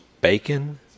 bacon